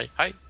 hi